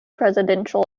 presidential